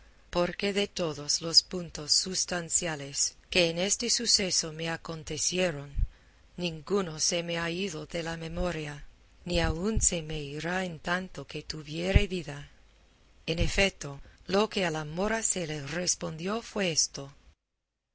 porque de todos los puntos sustanciales que en este suceso me acontecieron ninguno se me ha ido de la memoria ni aun se me irá en tanto que tuviere vida en efeto lo que a la mora se le respondió fue esto